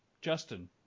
Justin